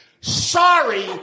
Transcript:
Sorry